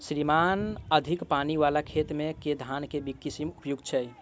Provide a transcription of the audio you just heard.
श्रीमान अधिक पानि वला खेत मे केँ धान केँ किसिम उपयुक्त छैय?